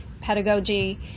pedagogy